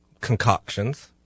concoctions